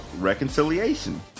reconciliation